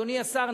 אדוני השר,